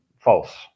False